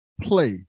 play